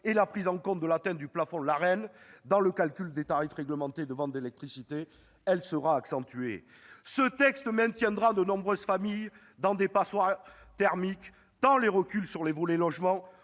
et la prise en compte de l'atteinte du plafond de l'Arenh dans le calcul des tarifs réglementés de vente d'électricité, elle sera accentuée. Ce texte maintiendra de nombreuses familles dans des passoires thermiques tant les reculs sur le volet logement